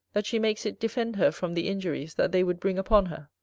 that she makes it defend her from the injuries that they would bring upon her.